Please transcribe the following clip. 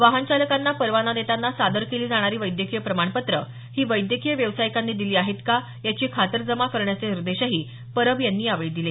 वाहनचालकांना परवाना देताना सादर केली जाणारी वैद्यकीय प्रमाणपत्र ही वैद्यकीय व्यवसायिकांनी दिली आहेत का याची खातरजमा करण्याचे निर्देशही परब यांनी यावेळी दिले